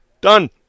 Done